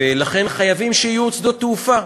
ולכן חייבים שיהיו עוד שדות תעופה,